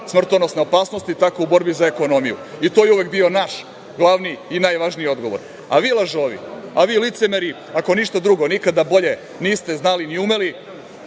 smrtonosne opasnosti tako i u borbi za ekonomiju. To je uvek bio naš glavni i najvažniji odgovor.A vi lažovi, a vi licemeri ako ništa drugo nikada bolje niste znali ni umeli,